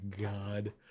god